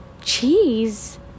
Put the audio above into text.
Cheese